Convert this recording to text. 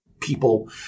people